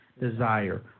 desire